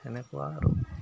সেনেকুৱা আৰু